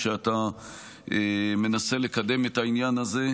שבה אתה מנסה לקדם את העניין הזה.